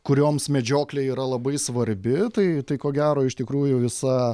kurioms medžioklė yra labai svarbi tai tai ko gero iš tikrųjų visa